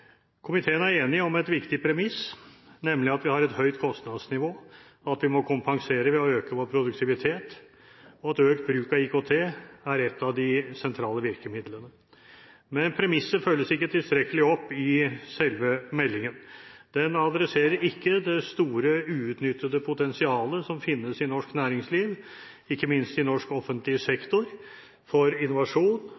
Komiteen er enig om et viktig premiss, nemlig at vi har et høyt kostnadsnivå, at vi må kompensere ved å øke vår produktivitet, og at økt bruk av IKT er et av de sentrale virkemidlene. Men premisset følges ikke tilstrekkelig opp i selve meldingen. Den adresserer ikke det store uutnyttede potensialet som finnes i norsk næringsliv – ikke minst i norsk offentlig